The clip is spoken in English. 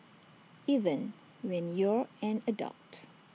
even when you're an adult